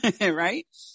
right